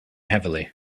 heavily